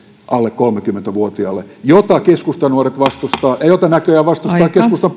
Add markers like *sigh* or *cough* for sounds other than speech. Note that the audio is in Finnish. alle kolmekymmentä vuotiaille mitä keskustanuoret vastustavat ja mitä näköjään vastustaa keskustan *unintelligible*